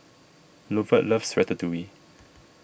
Lovett loves Ratatouille